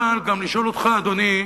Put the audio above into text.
אבל גם לשאול אותך, אדוני: